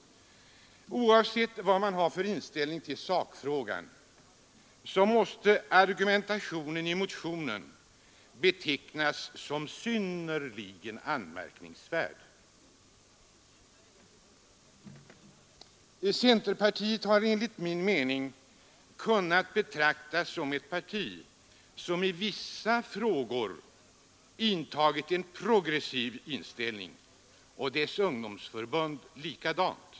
Oavsett vad man har för inställning till sakfrågan måste argumentationen i motionen betecknas som synnerligen anmärkningsvärd. Centerpartiet har enligt min mening kunnat betraktas som ett parti som i vissa frågor intagit en progressiv hållning, dess ungdomsförbund likaså.